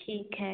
ठीक है